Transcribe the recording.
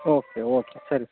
okay okay ಸರಿ